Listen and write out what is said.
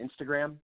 Instagram